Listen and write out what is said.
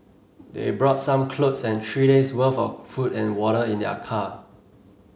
they brought some clothes and three days' worth of food and water in their car